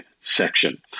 section